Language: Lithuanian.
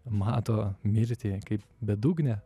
mato mirtį kaip bedugnę